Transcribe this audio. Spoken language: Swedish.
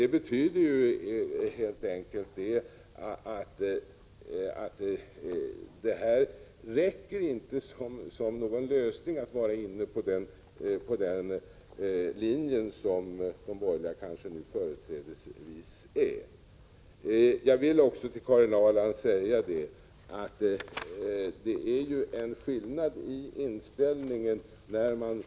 Det betyder helt enkelt att den linje som de borgerliga kanske företrädesvis är inne på inte räcker som någon lösning. Jag vill också till Karin Ahrland säga att det är en skillnad i inställningen.